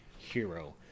Hero